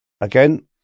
again